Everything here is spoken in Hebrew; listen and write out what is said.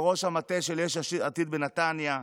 ראש המטה של יש עתיד בנתניה.